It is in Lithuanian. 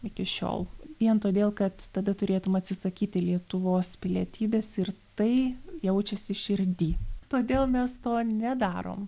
iki šiol vien todėl kad tada turėtum atsisakyti lietuvos pilietybės ir tai jaučiasi širdy todėl mes to nedarom